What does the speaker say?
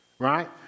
right